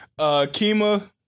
Kima